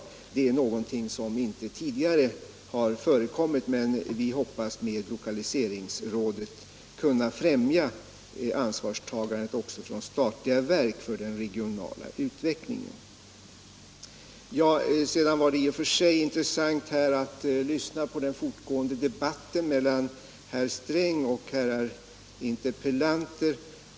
Det är någonting som inte tidigare förekommit, men vi hoppas att med lokaliseringsrådet kunna främja de statliga verkens ansvarstagande när det gäller den regionala utvecklingen. Det var i och för sig intressant att lyssna på den fortgående debatten mellan herr Sträng och herrar interpellanter.